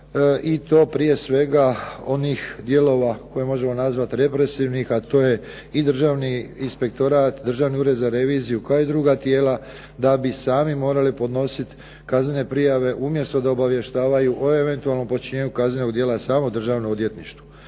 I to prije svega onih dijelova koje možemo nazvati represivnih, a to je i Državni inspektorat, Državni ured za reviziju kao i druga tijela da bi sami morali podnositi kaznene prijave umjesto da obavještavaju o eventualnom počinjenju kaznenog djela samo Državnom odvjetništvu.